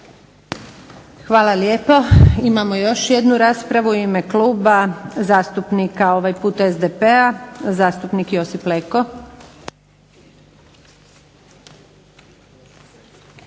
Hvala lijepo. Imamo još jednu raspravu u ime Kluba zastupnika, ovaj puta SDP-a, zastupnik Josip Leko.